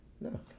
No